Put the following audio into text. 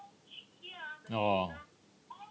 !wah!